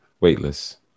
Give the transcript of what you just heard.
weightless